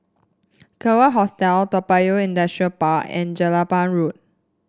Kawan Hostel Toa Payoh Industrial Park and Jelapang Road